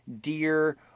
deer